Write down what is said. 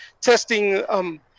testing